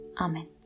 Amen